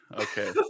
okay